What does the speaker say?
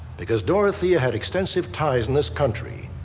because dorothea had extensive ties in this country,